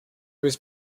was